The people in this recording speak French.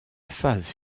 phase